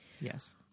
Yes